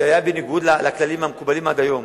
זה היה בניגוד לכללים המקובלים עד היום,